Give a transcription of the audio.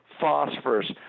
phosphorus